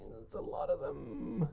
a lot of them,